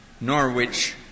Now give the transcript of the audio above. Norwich